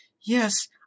Yes